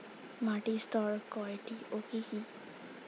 মাটির স্তর কয়টি ও কি কি?